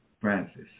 Francis